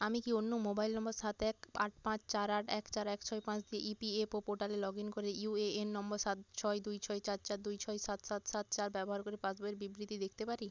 আমি কি অন্য মোবাইল নম্বর সাত এক আট পাঁচ চার আট এক চার এক ছয় পাঁচ দিয়ে ইপিএফও পোর্টালে লগ ইন করে ইউএএন নম্বর সাত ছয় দুই ছয় চার চার দুই ছয় সাত সাত সাত চার ব্যবহার করে পাসবইয়ের বিবৃতি দেখতে পারি